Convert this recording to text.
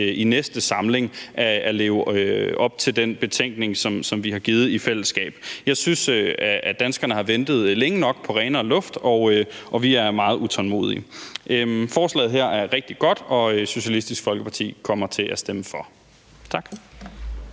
i næste samling har tænkt os at leve op til den betænkning, som vi har afgivet i fællesskab. Jeg synes, at danskerne har ventet længe nok på renere luft, og vi er meget utålmodige. Forslaget her er rigtig godt, og Socialistisk Folkeparti kommer til at stemme for. Tak.